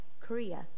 Korea